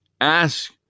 ask